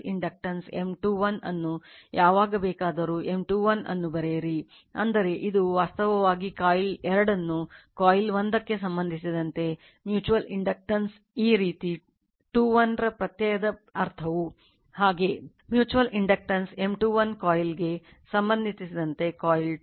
M 2 1 ಎಂದು ಹೇಳಿದಾಗ coil 1 ಕೆಲವು ಕರೆಂಟ್ I 1 ಇಂದ excited M 2 1 ಕಾಯಿಲ್ 1 ಗೆ ಸಂಬಂಧಿಸಿದಂತೆ ಕಾಯಿಲ್ 2